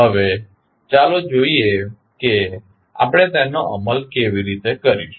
હવે ચાલો જોઈએ કે આપણે તેનો અમલ કેવી રીતે કરીશું